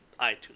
iTunes